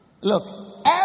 Look